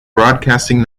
broadcasting